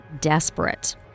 desperate